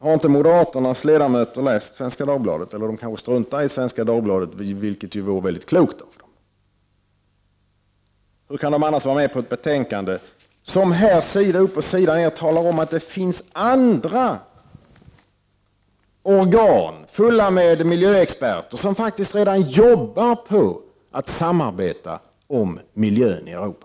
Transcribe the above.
Har inte moderaternas ledamöter läst Svenska Dagbladet? Eller de kanske struntar i Svenska Dagbladet, vilket ju vore väldigt klokt av dem. Hur kan de annars vara med på ett betänkande som sida upp och sida ner talar om att det finns andra organ, fulla med miljöexperter, som faktiskt redan arbetar för att samarbeta om miljön i Europa?